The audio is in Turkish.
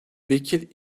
vekil